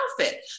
outfit